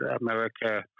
America